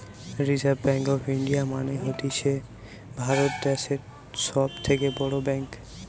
reserve Bank of India মানে হতিছে ভারত দ্যাশের সব থেকে বড় ব্যাঙ্ক